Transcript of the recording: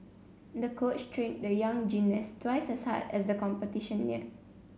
the coach trained the young gymnast twice as hard as the competition neared